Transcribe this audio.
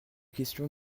question